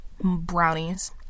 Brownies